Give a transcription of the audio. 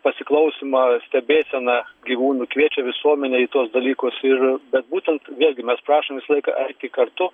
pasiklausymą stebėseną gyvūnų kviečia visuomenę į tuos dalykus ir bet būtent vėl gi mes prašom visą laiką eiti kartu